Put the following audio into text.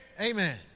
Amen